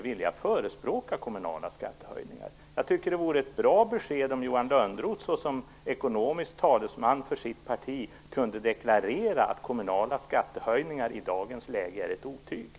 Det vore ett bra besked om Johan Lönnroth, såsom ekonomisk talesman för sitt parti, kunde deklarera att kommunala skattehöjningar i dagens läge är ett otyg.